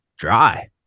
dry